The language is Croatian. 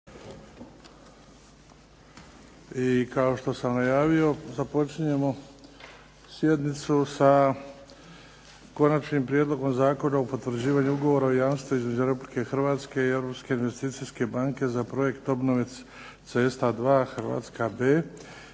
i kao što sam najavio započinjemo sjednicu sa - Konačni prijedlog Zakona o potvrđivanju Ugovora o jamstvu između Republike Hrvatske i Europske investicijske banke za "Projekt obnove cesta II (Hrvatska)/B",